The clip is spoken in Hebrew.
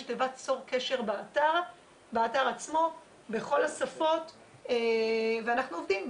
יש תיבת 'צור קשר' באתר עצמו בכל השפות ואנחנו עובדים,